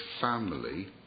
family